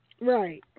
Right